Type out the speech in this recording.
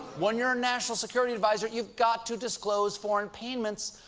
when you're national security advisor, you've got to disclose foreign payments.